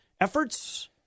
efforts